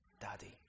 Daddy